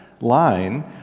line